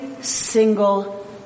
single